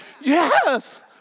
Yes